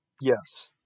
Yes